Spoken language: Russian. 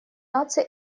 наций